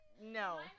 no